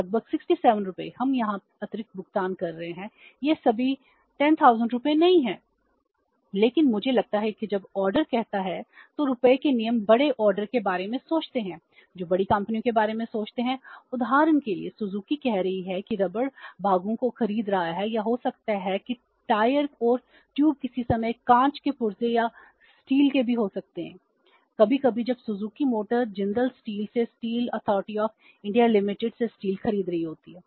लगभग 67 रुपये हम यहां अतिरिक्त भुगतान कर रहे हैं यह सभी 10000 रुपये नहीं है लेकिन मुझे लगता है कि जब ऑर्डर से स्टील खरीद रही होती है